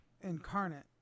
incarnate